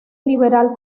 liberal